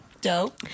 Dope